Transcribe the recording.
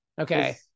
Okay